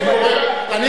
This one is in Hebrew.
את היית בעד עסקת שליט,